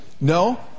No